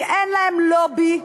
כי אין להם לובי,